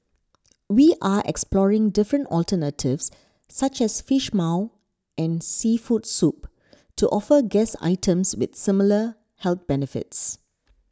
we are exploring different alternatives such as Fish Maw and seafood soup to offer guests items with similar health benefits